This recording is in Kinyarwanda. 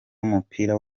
w’umupira